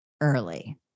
early